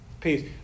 Peace